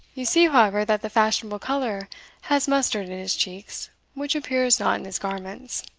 you see, however, that the fashionable colour has mustered in his cheeks which appears not in his garments.